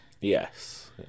Yes